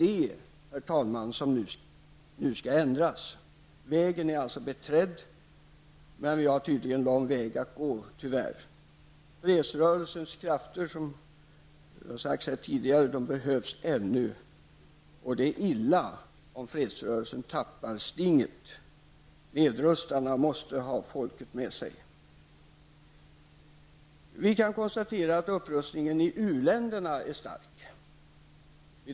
Det är detta som nu skall ändras. Vägen är beträdd, men vi har tyvärr en lång väg att gå. Fredsrörelsens krafter kommer att behövas ännu. Det är illa om fredsrörelsen tappar stinget. Nedrustarna måste ha folket med sig. Vi kan konstatera att upprustningen i u-länderna är omfattande.